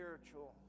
spiritual